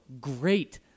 great